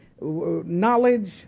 knowledge